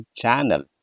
channel